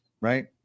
right